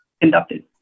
conducted